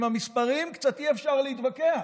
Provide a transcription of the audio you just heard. עם המספרים אי-אפשר להתווכח.